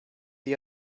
his